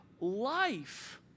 life